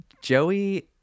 Joey